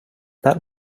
that